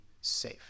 safe